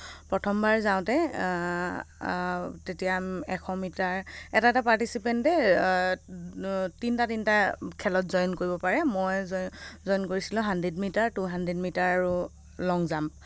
প্ৰথমবাৰ যাওতে তেতিয়া এশ মিটাৰ এটা এটা পাৰ্টিচিপেণ্টে তিনটা তিনটা খেলত জইন কৰিব পাৰে মই জইন কৰিছিলোঁ hundred metre two hundred metre আৰু লং জাম্প